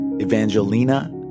Evangelina